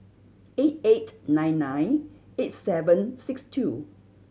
eight eight nine nine eight seven six two